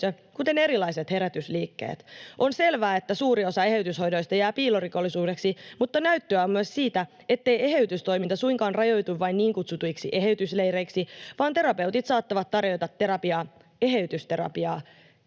kuten erilaiset herätysliikkeet. On selvää, että suuri osa eheytyshoidoista jää piilorikollisuudeksi, mutta näyttöä on myös siitä, ettei eheytystoiminta suinkaan rajoitu vain niin kutsutuiksi eheytysleireiksi vaan terapeutit saattavat tarjota eheytysterapiaa